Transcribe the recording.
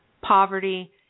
poverty